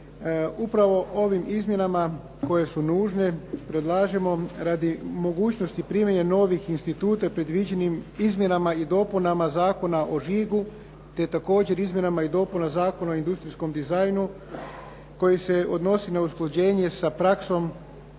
Upravo ovim izmjenama koje su nužne predlažemo radi mogućnosti primjene novih instituta predviđenih Izmjenama i dopunama Zakona o žigu te također Izmjenama i dopunama Zakona o industrijskom dizajnu koji se odnosi na usklađenje s praksom